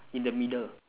in the middle